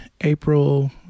April